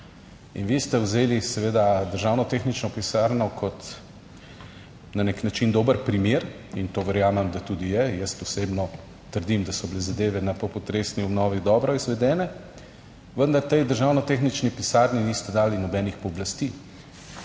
In vi ste vzeli seveda državno tehnično pisarno, kot na nek način dober primer in to verjamem, da tudi je. Jaz osebno trdim, da so bile zadeve na popotresni obnovi dobro izvedene, vendar tej državno-tehnični pisarni niste dali nobenih pooblastil.